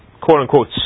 quote-unquote